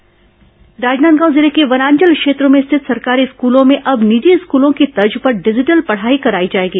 वनांचल डिजिटल पढ़ाई राजनांदगांव जिले के वनांचल क्षेत्रों में स्थित सरकारी स्कूलों में अब निजी स्कूलों की तर्ज पर डिजिटल पढ़ाई कराई जाएगी